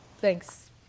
thanks